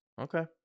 Okay